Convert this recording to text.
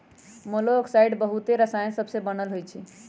मोलॉक्साइड्स बहुते रसायन सबसे बनल होइ छइ